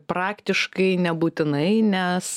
praktiškai nebūtinai nes